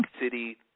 city